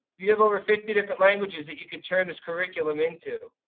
you have over fifty different languages that you could turn this curriculum into.